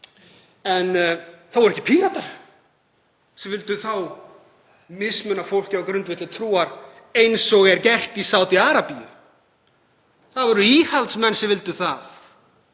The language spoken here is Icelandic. En það voru ekki Píratar sem vildu þá mismuna fólki á grundvelli trúar eins og er gert í Sádi-Arabíu. Það voru íhaldsmenn sem vildu það.